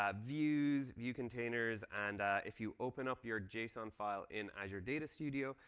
um views, view containers, and if you open up your json file in azure data studio,